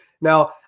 Now